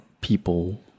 people